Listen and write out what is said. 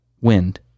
Wind